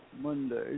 Monday